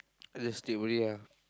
I just sleep only ah